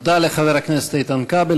תודה לחבר הכנסת איתן כבל.